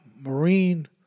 marine